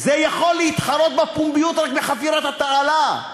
זה יכול להתחרות בפומביות רק בחפירת התעלה.